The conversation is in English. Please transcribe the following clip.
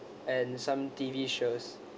and some T_V shows